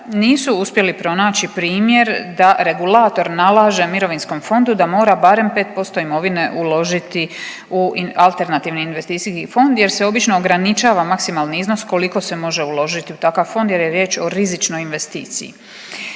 nisu uspjeli pronaći primjer da regulator nalaže mirovinskom fondu da mora barem pet posto imovine uložiti u alternativni investicijski fond jer se obično ograničava maksimalni iznos koliko se može uložiti u takav fond, jer je riječ o rizičnoj investiciji.